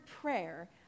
prayer